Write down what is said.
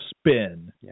spin